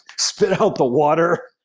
spit out the water,